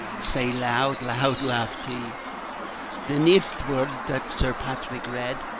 sae loud loud laughed he the neist word that sir patrick read,